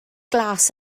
glas